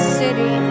city